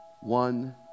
one